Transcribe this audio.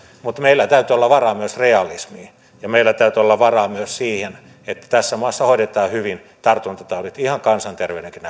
mutta meillä täytyy olla varaa myös realismiin ja meillä täytyy olla varaa myös siihen että tässä maassa hoidetaan hyvin tartuntataudit ihan kansanterveydenkin